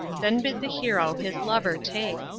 then bid the hero his lover take.